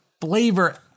flavor